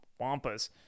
wampas